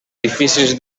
difícils